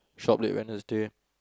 shop late Wednesday